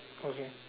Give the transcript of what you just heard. okay